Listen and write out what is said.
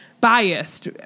biased